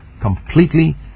completely